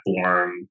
platform